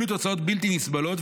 אלו תוצאות בלתי נסבלות.